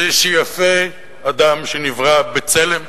זה שיפה אדם שנברא בצלם.